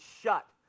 shut